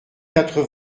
quatre